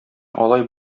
алай